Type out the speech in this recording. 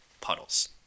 puddles